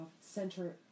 center